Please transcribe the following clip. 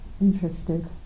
interested